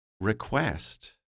request